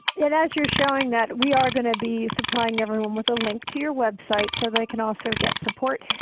and as you're showing that we are going to be supplying everyone with a link to your website so they can also get support.